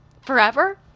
Forever